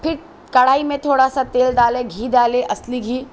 پھر کڑھائی میں تھوڑا سا تیل ڈالے گھی ڈالیں اصلی گھی